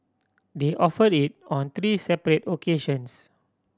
they offered it on three separate occasions